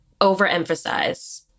overemphasize